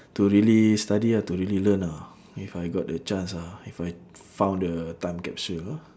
to really study hard to really learn ah if I got the chance ah if I found the time capsule ah